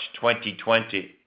2020